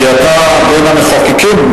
כי אתה בין המחוקקים,